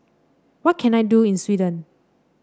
what can I do in Sweden